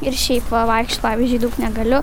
ir šiaip va vaikščiot pavyzdžiui daug negaliu